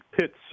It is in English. pits